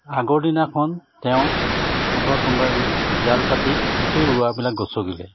আগৰ দিনাখন তেওঁ পথাৰত কোনোবাই জাল পাতি গোটেই ৰোৱাবিলাক গচকিলে